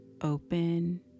open